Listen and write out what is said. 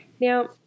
Now